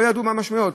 לא ידעו מה המשמעויות.